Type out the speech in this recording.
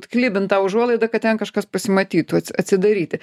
klibint tą užuolaidą kad ten kažkas pasimatytų ats atsidaryti